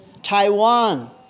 Taiwan